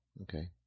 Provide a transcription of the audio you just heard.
Okay